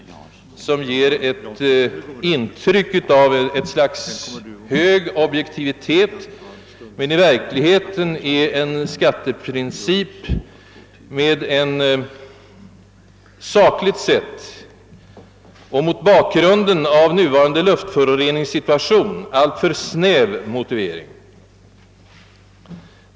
Denna princip ger ett intryck av ett slags hög objektivitet, men i verkligheten är det en skatteprincip med en, sakligt sett mot bakgrunden av nuvarande luftföroreningssituationen, alitför snäv motivering.